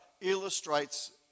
illustrates